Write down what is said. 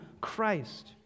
Christ